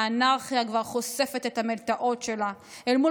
האנרכיה כבר חושפת את המלתעות שלה אל מול